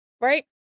right